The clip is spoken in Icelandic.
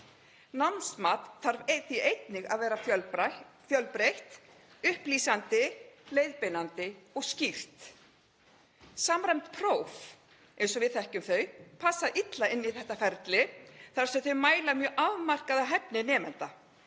Námsmat þarf því einnig að vera fjölbreytt, upplýsandi, leiðbeinandi og skýrt. Samræmd próf eins og við þekkjum þau passa illa inn í þetta ferli þar sem þau mæla mjög afmarkaða hæfni nemenda.